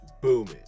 booming